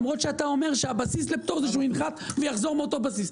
למרות שאתה אומר שהבסיס לפטור הוא שהוא ינחת ויחזור מאותו בסיס.